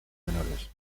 menores